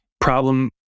Problem